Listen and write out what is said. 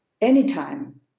anytime